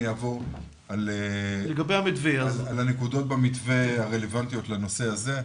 אעבור לנקודות במתווה הרלוונטיות לנושא הזה.